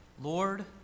Lord